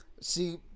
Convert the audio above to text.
See